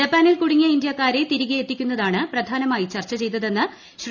ജപ്പാനിൽ കൂടുങ്ങിയ ഇന്തൃക്കാരെ തിരികെ എത്തി ക്കുന്നതാണ് പ്രധാനമായി ചർച്ചു ചെയ്തതെന്ന് ശ്രീ